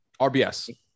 RBS